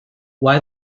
why